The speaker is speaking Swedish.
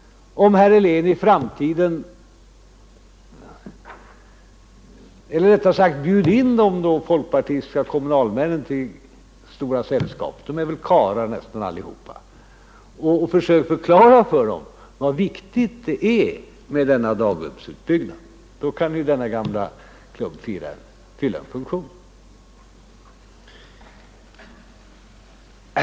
Bjud då in de folkpartistiska kommunalmännen till Stora sällskapet — de är väl karlar nästan allihop — och försök förklara för dem hur viktigt det är med denna daghemsutbyggnad; på det sättet kan denna gamla fina klubb fylla en funktion.